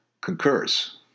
concurs